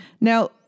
Now